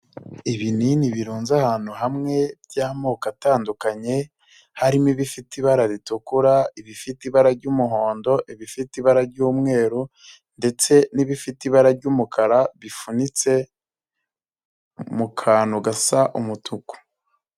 Ibinini birunze ahantu hamwe by'amoko atandukanye, harimo: ibifite ibara ritukura, ibifite ibara ry'umuhondo, ibifite ibara ry'umweru ndetse n'ibifite ibara ry'umukara bifunitse mu kantu gasa umutuku.